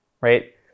right